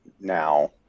now